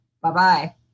Bye-bye